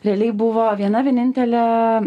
realiai buvo viena vienintelė